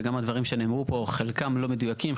וגם הדברים שנאמרו פה חלקם לא מדויקים,